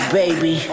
baby